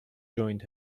joined